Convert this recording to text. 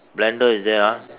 blender is there ah